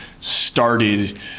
started